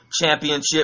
championship